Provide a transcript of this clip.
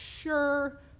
sure